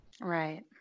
Right